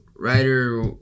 Writer